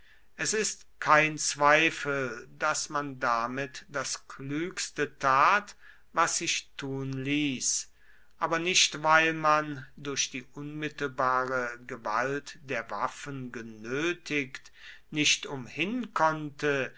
es ist kein zweifel daß man damit das klügste tat was sich tun ließ aber nicht weil man durch die unmittelbare gewalt der waffen genötigt nicht umhin konnte